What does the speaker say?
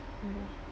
mmhmm